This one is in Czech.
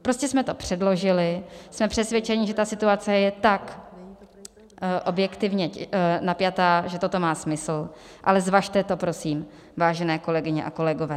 Prostě jsme to předložili, jsme přesvědčeni, že situace je tak objektivně napjatá, že toto má smysl, ale zvažte to, prosím, vážené kolegyně a kolegové.